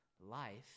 life